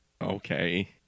okay